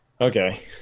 Okay